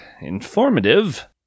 informative